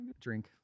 Drink